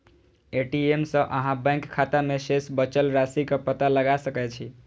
ATM सं अहां bank खाता मे शेष बचल राशिक पता लगा सकै छी